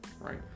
right